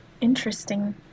interesting